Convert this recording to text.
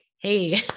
Hey